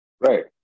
Right